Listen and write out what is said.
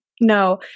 No